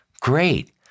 Great